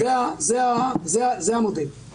כשיש פסק דין זה תמיד פסק דין.